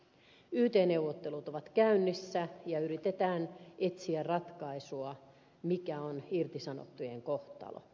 yt neuvottelut ovat käynnissä ja yritetään etsiä ratkaisua mikä on irtisanottujen kohtalo